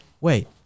wait